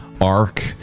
ark